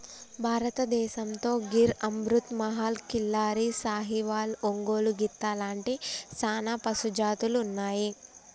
భారతదేసంతో గిర్ అమృత్ మహల్, కిల్లారి, సాహివాల్, ఒంగోలు గిత్త లాంటి సానా పశుజాతులు ఉన్నాయి